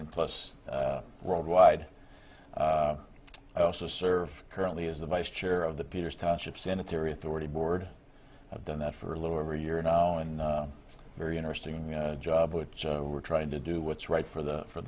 and plus worldwide i also serve currently is the vice chair of the peters township sanitary authority board i've done that for a little over a year now and very interesting job what we're trying to do what's right for the for